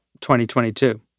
2022